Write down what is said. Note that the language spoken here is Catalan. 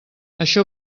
això